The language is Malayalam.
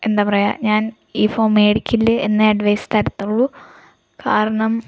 എന്താ പറയാ ഞാൻ ഈ ഫോൺ മേടിക്കല്ലേ എന്നെ അഡ്വൈസ് തരത്തുള്ള കാരണം